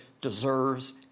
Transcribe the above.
deserves